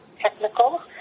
technical